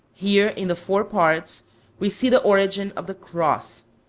here in the four parts we see the origin of the cross,